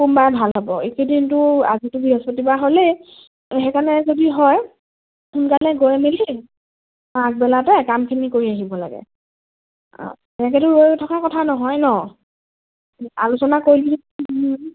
সোমবাৰে ভাল হ'ব এইকিদিনটো আজিতো বৃহস্পতিবাৰ হ'লেই সেইকাৰণে যদি হয় সোনকালে গৈ মেলি আগবেলাতে কামখিনি কৰি আহিব লাগে এনেকেতো ৰৈ থকা কথা নহয় ন আলোচনা কৰি মেলি